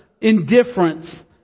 indifference